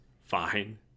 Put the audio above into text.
fine